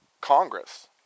Congress